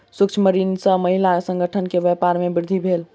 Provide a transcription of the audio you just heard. सूक्ष्म ऋण सॅ महिला संगठन के व्यापार में वृद्धि भेल